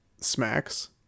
smacks